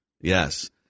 Yes